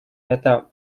это